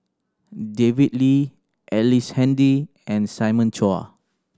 David Lee Ellice Handy and Simon Chua